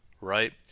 right